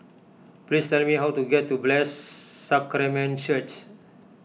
please tell me how to get to Blessed Sacrament Church